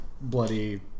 bloody